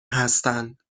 هستند